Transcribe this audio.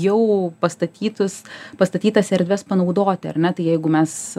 jau pastatytus pastatytas erdves panaudoti ar ne tai jeigu mes